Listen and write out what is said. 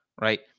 right